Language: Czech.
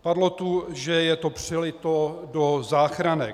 Padlo tu, že je to přelito do záchranek.